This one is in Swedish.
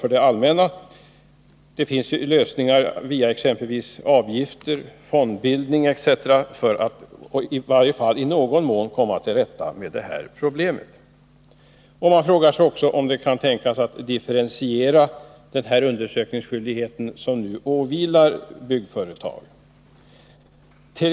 Man kan ju tänka sig avgifter, fondbildning m.m. för att i varje fall i någon mån komma till rätta med det här problemet. Man frågar sig också om det kan tänkas en differentiering av den undersökningsskyldighet som nu åvilar byggföretag.